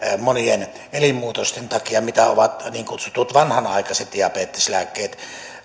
monien elinmuutosten takia kuin ovat niin kutsutut vanhanaikaiset diabeteslääkkeet